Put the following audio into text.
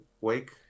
wake